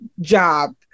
job